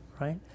right